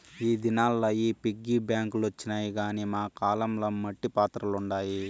ఈ దినాల్ల ఈ పిగ్గీ బాంక్ లొచ్చినాయి గానీ మా కాలం ల మట్టి పాత్రలుండాయి